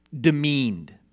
demeaned